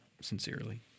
sincerely